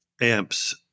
amps